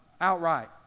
outright